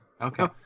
Okay